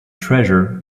treasure